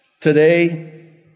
today